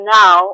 now